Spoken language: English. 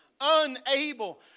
Unable